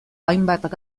hainbat